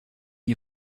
you